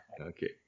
okay